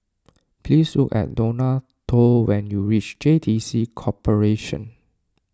please look at Donato when you reach J T C Corporation